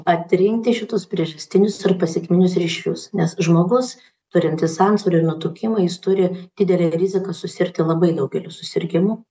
atrinkti šitus priežastinius ir pasekminius ryšius nes žmogus turintis antsvorį ir nutukimą jis turi didelę riziką susirgti labai daugeliu susirgimų